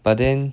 but then